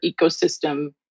ecosystem